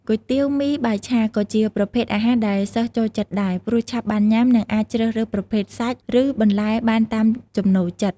គុយទាវ មី បាយឆា ក៏ជាប្រភេទអាហារដែលសិស្សចូលចិត្តដែរ ព្រោះឆាប់បានញ៉ាំ និងអាចជ្រើសរើសប្រភេទសាច់ ឬបន្លែបានតាមចំណូលចិត្ត។